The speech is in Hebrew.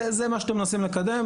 זה מה שאתם מנסים לקדם.